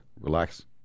relax